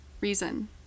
reason